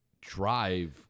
drive